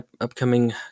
upcoming